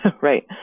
right